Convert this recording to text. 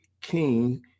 king